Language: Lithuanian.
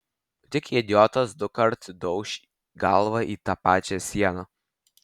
tik idiotas dukart dauš galvą į tą pačią sieną